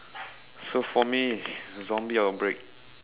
so for me zombie outbreak